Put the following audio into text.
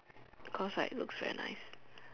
cause like looks very nice